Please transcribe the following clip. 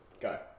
Go